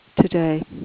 today